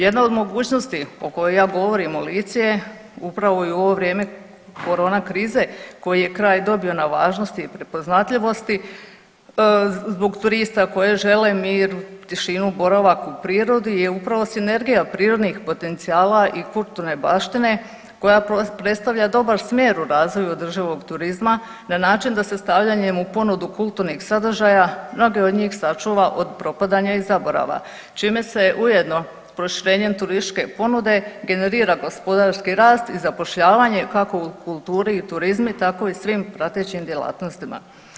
Jedna od mogućnosti o kojoj ja govorim u Lici je upravo i u ovo vrijeme korona krize koji je kraj dobio na važnosti i prepoznatljivosti zbog turista koji žele mir, tišinu, boravak u prirodi je upravo sinergija prirodnih potencijala i kulturne baštine koja predstavlja dobar smjer u razvoju održivog turizma na način da se stavljanjem u ponudu kulturnih sadržaja mnoge od njih sačuva od propadanja i zaborava čim se ujedno proširenjem turističke ponude generira gospodarski rast i zapošljavanje kako u kulturi i turizmu tako i svim pratećim djelatnostima.